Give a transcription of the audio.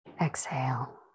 exhale